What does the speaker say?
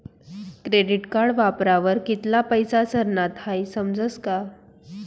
credit card वापरावर कित्ला पैसा सरनात हाई समजस का